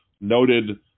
noted